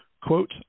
Quote